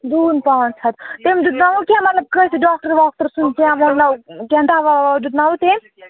دوٗن پانٛژھ ہَتھ تٔمۍ دِیٖژاوا کیٚنٛہہ مطلب کٲنٛسہِ ڈاکٹر واکٹر سُنٛد کیٚنٛہہ ووٚننو کیٚنٛہہ دوا وَوا دیُتنو تٔمۍ